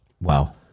Wow